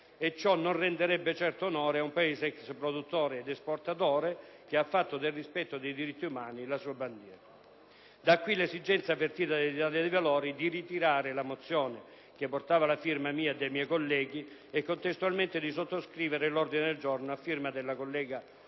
Ciò non renderebbe certo onore a un Paese ex produttore ed esportatore, che ha fatto del rispetto dei diritti umani la sua bandiera. Da qui l'esigenza avvertita dall'Italia dei Valori di ritirare la mozione che portava la firma mia e dei miei colleghi e contestualmente di sottoscrivere l'ordine del giorno a firma della senatrice